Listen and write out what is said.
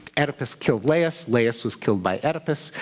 oedipus killed laius. laius was killed by oedipus.